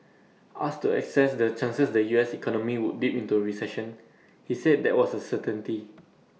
asked to assess the chances the U S economy would dip into A recession he said that was A certainty